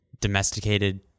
domesticated